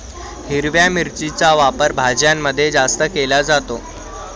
हिरव्या मिरचीचा वापर भाज्यांमध्ये जास्त केला जातो